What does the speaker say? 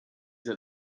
that